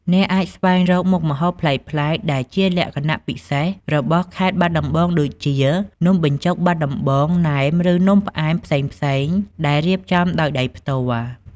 អ្នកអាចស្វែងរកមុខម្ហូបប្លែកៗដែលជាលក្ខណៈពិសេសរបស់ខេត្តបាត់ដំបងដូចជា នំបញ្ចុកបាត់ដំបង ណែម ឬនំផ្អែមផ្សេងៗដែលរៀបចំដោយដៃផ្ទាល់។